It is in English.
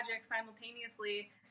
simultaneously